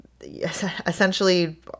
essentially